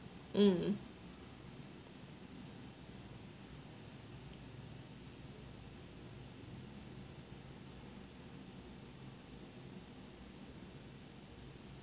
mm